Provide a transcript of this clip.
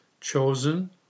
chosen